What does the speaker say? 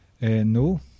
No